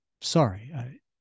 sorry